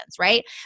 right